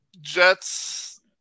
Jets